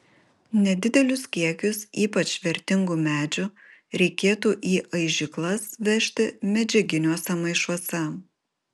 nedidelius kiekius ypač vertingų medžių reikėtų į aižyklas vežti medžiaginiuose maišuose